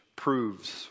Proves